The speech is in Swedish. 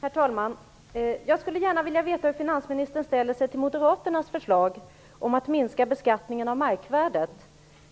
Herr talman! Jag skulle gärna vilja veta hur finansministern ställer sig till moderaternas förslag om att minska beskattningen av markvärdet.